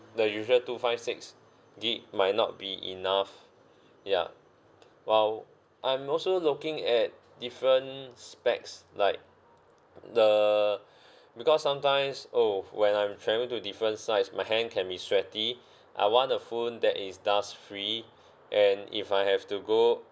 the usual two five six gig might not be enough ya while I'm also looking at different specs like the because sometimes oh when I'm travelling to different sites my hand can be sweaty I want a phone that is dust free and if I have to go